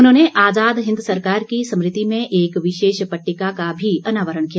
उन्होंने आजाद हिन्द सरकार की स्मृति में एक विशेष पट्टिका का भी अनावरण किया